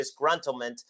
disgruntlement